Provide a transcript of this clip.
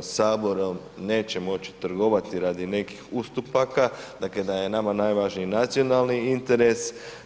Saborom neće moći trgovati radi nekih ustupaka, dakle da je nama najvažniji nacionalni interes.